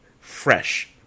fresh